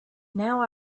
now